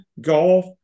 golf